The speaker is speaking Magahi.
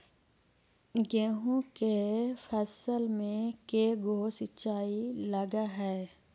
गेहूं के फसल मे के गो सिंचाई लग हय?